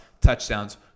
touchdowns